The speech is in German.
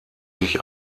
sich